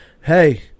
Hey